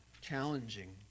challenging